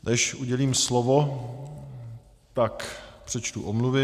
Než udělím slovo, tak přečtu omluvy.